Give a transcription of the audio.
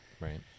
Right